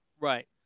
Right